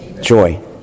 Joy